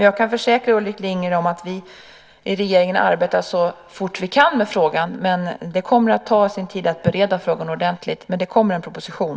Jag kan försäkra Ulrik Lindgren att vi arbetar med frågan så fort vi kan, men det kommer att ta sin tid att bereda frågan ordentligt. Det kommer en proposition.